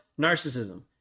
narcissism